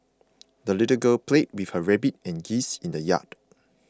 the little girl played with her rabbit and geese in the yard